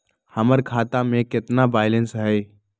हमर खाता में केतना बैलेंस हई?